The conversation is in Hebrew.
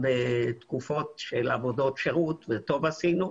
בתקופות עבודות השירות וטוב עשינו,